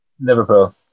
Liverpool